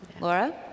Laura